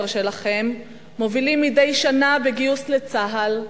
שלכם מובילים מדי שנה בגיוס לצה"ל,